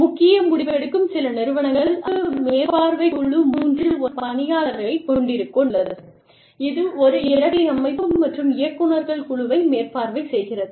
முக்கிய முடிவெடுக்கும் சில நிறுவனங்கள் அங்கு மேற்பார்வைக் குழு மூன்றில் ஒரு பணியாளர்களைக் கொண்டுள்ளது இது ஒரு இரட்டை அமைப்பு மற்றும் இயக்குநர்கள் குழுவை மேற்பார்வை செய்கிறது